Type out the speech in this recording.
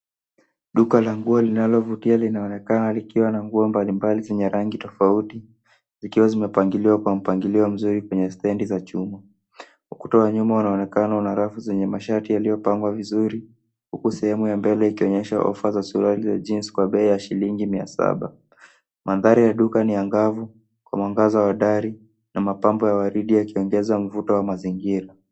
Duka la nguo linalovutia linaonekana likiwa na nguo mbalimbali zenye rangi tofuati zikiwa zimepangiliwa kwa mpangilio mzuri kwenye stendi za chuma. Ukuta wa nyuma unaonekana una rafu zenye mashati yaliyopangwa vizuri, huku sehemu ya mbele ikionyesha (cs) offer (cs) za suruali za (cs) jeans (cs) kwa bei ya shilingi mia saba. Mandhari ya duka ni ya ngavu, kwa mwangaza hodari na mapambo ya waridi yakiongeza mvuto wa mazingira.